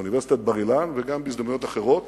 באוניברסיטת בר-אילן וגם בהזדמנויות אחרות